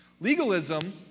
Legalism